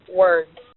words